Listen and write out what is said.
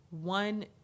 one